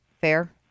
fair